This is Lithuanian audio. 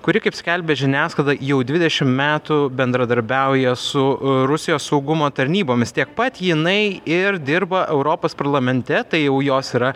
kuri kaip skelbia žiniasklaida jau dvidešim metų bendradarbiauja su rusijos saugumo tarnybomis tiek pat jinai ir dirba europos parlamente tai jau jos yra